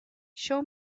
show